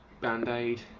Band-Aid